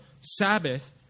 Sabbath